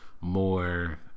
more